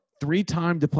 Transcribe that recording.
three-time